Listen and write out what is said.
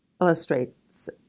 illustrates